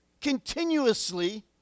continuously